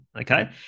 Okay